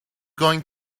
going